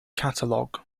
catalog